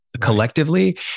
collectively